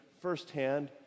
firsthand